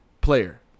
player